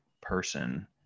person